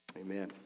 Amen